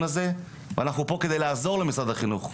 הזה ואנחנו פה כדי לעזור למשרד החינוך,